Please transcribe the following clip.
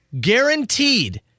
guaranteed